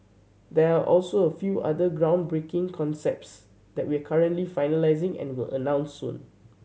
there are also a few other groundbreaking concepts that we're currently finalising and will announce soon